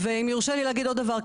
ואם יורשה לי להגיד עוד דבר,